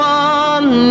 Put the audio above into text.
one